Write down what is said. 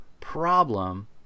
problem